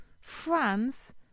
France